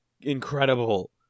incredible